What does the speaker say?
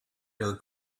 her